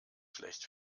schlecht